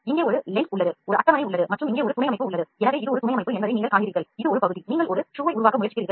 இங்கே லென்ஸ் மேசை துணைஅமைப்பு மற்றும் பகுதி உள்ளது